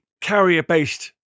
carrier-based